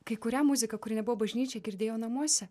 kai kurią muziką kuri nebuvo bažnyčioj girdėjo namuose